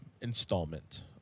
installment